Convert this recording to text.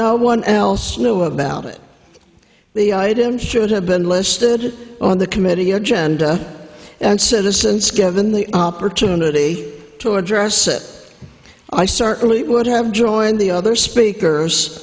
no one else knew about it the item should have been listed on the committee agenda and citizens given the opportunity to address it i certainly would have joined the other speakers